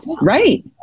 right